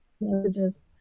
messages